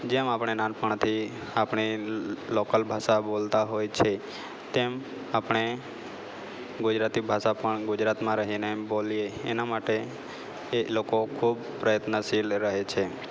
જેમ આપણે નાનપણથી આપણી લોકલ ભાષા બોલતા હોય છે તેમ આપણે ગુજરાતી ભાષા પણ ગુજરાતમાં રહીને બોલીએ એના માટે એ લોકો ખૂબ પ્રયત્નશીલ રહે છે